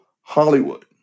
Hollywood